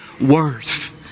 worth